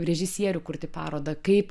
režisierių kurti parodą kaip